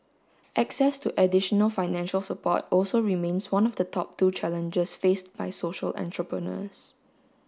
access to additional financial support also remains one of the top two challenges faced by social entrepreneurs